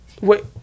Wait